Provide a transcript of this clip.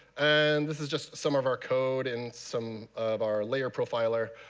and this is just some of our code in some of our layer profiler.